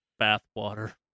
bathwater